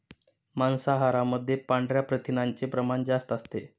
मांसाहारामध्ये पांढऱ्या प्रथिनांचे प्रमाण जास्त असते